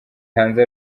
hanze